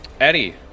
Eddie